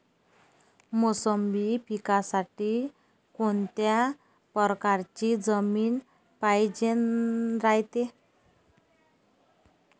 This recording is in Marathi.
मोसंबी पिकासाठी कोनत्या परकारची जमीन पायजेन रायते?